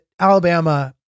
Alabama